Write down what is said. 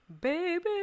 Baby